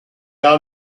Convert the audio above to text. are